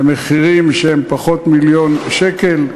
למחירים שהם פחות ממיליון שקל.